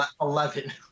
Eleven